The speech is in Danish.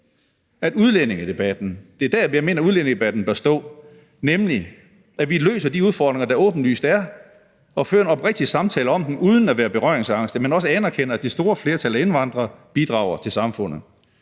at alt er tabt. Det er der, hvor vi mener at udlændingedebatten bør stå, nemlig at vi løser de udfordringer, der åbenlyst er, og at vi fører en oprigtig samtale om dem uden at være berøringsangste, men at vi også anerkender, at det store flertal af indvandrere bidrager til samfundet.